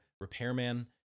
repairman